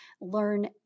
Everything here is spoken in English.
learn